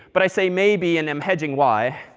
but i say, maybe, and i'm hedging why.